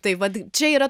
tai vat čia yra